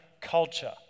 culture